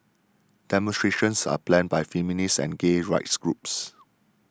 demonstrations are planned by feminist and gay rights groups